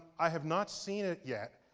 i have not seen it yet,